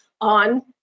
on